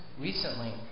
recently